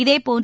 இதேபோன்று